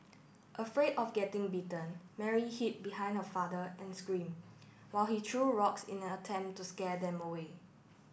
afraid of getting bitten Mary hid behind her father and scream while he true rocks in an attempt to scare them away